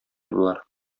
болар